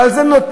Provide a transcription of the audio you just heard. ועל זה נותנים,